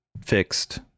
fixed